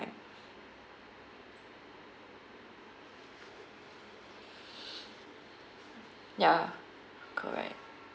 ya correct